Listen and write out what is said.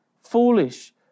foolish